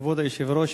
כבוד היושב-ראש,